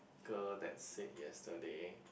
girl that said yesterday